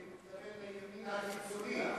אני מתכוון לימין הקיצוני.